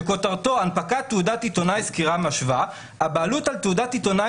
שכותרתו "הנפקת תעודת עיתונאי סקירה משווה: הבעלות על תעודת עיתונאי